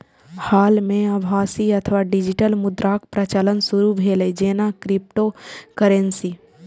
हाल मे आभासी अथवा डिजिटल मुद्राक प्रचलन शुरू भेलै, जेना क्रिप्टोकरेंसी